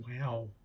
wow